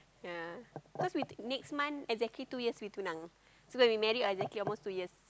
ya cause we next month exactly two years we tunang so we married exactly almost two years